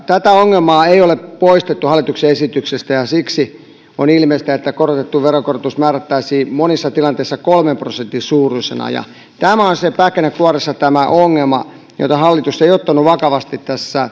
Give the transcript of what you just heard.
tätä ongelmaa ei ole poistettu hallituksen esityksessä ja siksi on ilmeistä että korotettu veronkorotus määrättäisiin monissa tilanteissa kolmen prosentin suuruisena ja tämä on pähkinänkuoressa se ongelma jota hallitus ei ottanut vakavasti